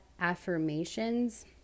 affirmations